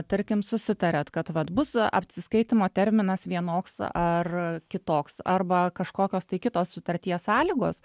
tarkim susitariat kad vat bus atsiskaitymo terminas vienoks ar kitoks arba kažkokios tai kitos sutarties sąlygos